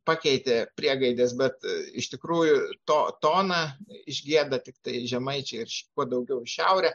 pakeitė priegaidės bet iš tikrųjų to toną išgieda tiktai žemaičiai ir kuo daugiau į šiaurę